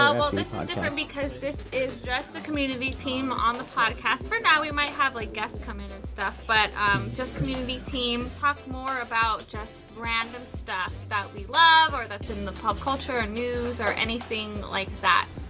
um well this is ah different because this is just the community team on the podcast, for now. we might have like guests come in and stuff, but um just community team. we talk more about just random stuff that we love or that's in the pop culture, news, or anything like that.